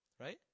right